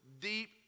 deep